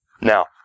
Now